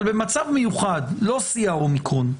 אבל במצב מיוחד, לא שיא האומיקרון.